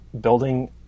building